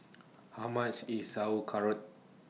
How much IS Sauerkraut